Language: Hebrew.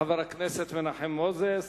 אחריו, חבר הכנסת מנחם מוזס.